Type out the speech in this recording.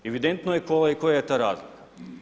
Evidentno je koja je ta razlika.